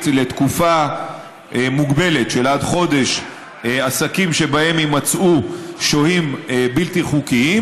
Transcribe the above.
לתקופה מוגבלת של עד חודש עסקים שבהם יימצאו שוהים בלתי חוקיים,